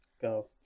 go